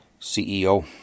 CEO